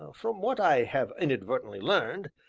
from what i have inadvertently learned,